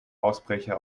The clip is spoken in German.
ausbrecher